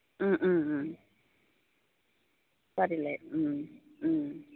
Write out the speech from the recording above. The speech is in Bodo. फारिलाइ